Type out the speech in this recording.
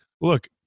look